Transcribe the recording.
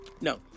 No